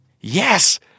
Yes